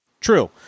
True